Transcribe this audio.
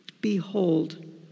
Behold